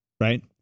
Right